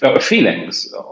feelings